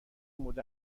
مورد